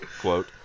quote